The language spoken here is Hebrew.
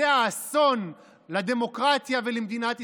זה אסון לדמוקרטיה ולמדינת ישראל,